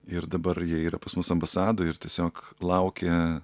ir dabar jie yra pas mus ambasadoj ir tiesiog laukia